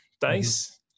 dice